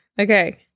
Okay